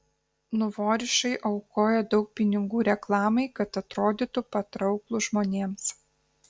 nuvorišai aukoja daug pinigų reklamai kad atrodytų patrauklūs žmonėms